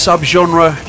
Subgenre